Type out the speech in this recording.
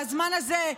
בזמן הזה,